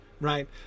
right